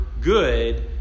good